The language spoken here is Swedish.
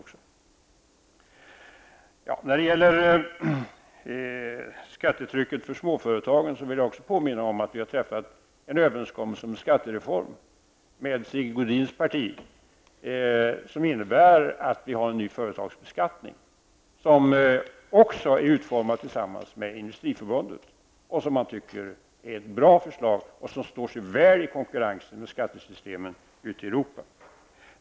Beträffande skattetrycket för småföretagen vill jag påminna om att vi med Sigge Godins parti har träffat en överenskommelse om en skattereform, som innebär att vi har en ny företagsbeskattning som också är utformad tillsammans med Industriförbundet och som man där tycker är bra och som står sig väl i konkurrensen med skattesystemen ute i Europa.